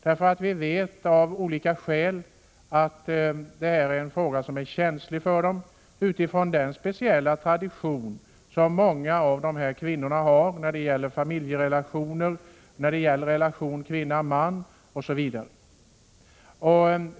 Det är också en utomordentligt känslig fråga för dem utifrån den speciella tradition som många av dessa kvinnor har när det gäller familjerelationer, relationen kvinna-man osv.